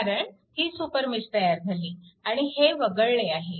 कारण ही सुपरमेश तयार झाली आणि हे वगळले आहे